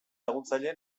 laguntzaile